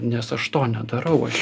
nes aš to nedarau aš